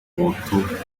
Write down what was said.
hutu